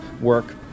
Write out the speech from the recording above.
work